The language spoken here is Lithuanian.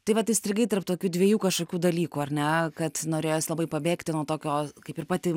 tai vat įstrigai tarp tokių dviejų kažkokių dalykų ar ne kad norėjos labai pabėgti nuo tokio kaip pati